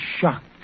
shocked